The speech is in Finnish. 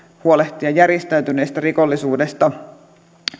huolehtia järjestäytyneestä rikollisuudesta